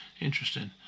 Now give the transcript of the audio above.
Interesting